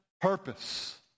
purpose